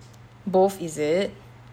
both is it